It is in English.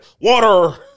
Water